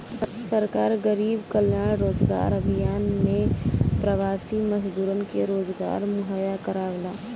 सरकार गरीब कल्याण रोजगार अभियान में प्रवासी मजदूरन के रोजगार मुहैया करावला